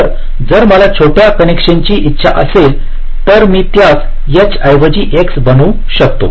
तर जर मला छोट्या कनेक्शनची इच्छा असेल तर मी त्यास H ऐवजी X बनवू शकतो